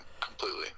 Completely